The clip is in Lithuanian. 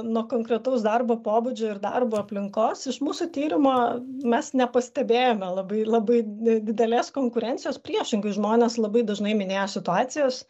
nuo konkretaus darbo pobūdžio ir darbo aplinkos iš mūsų tyrimo mes nepastebėjome labai labai didelės konkurencijos priešingai žmonės labai dažnai minėjo situacijas